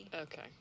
Okay